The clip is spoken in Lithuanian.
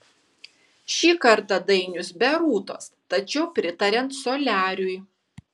šį kartą dainius be rūtos tačiau pritariant soliariui